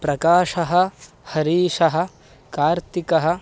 प्रकाशः हरीशः कार्तिकः